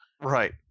Right